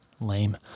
lame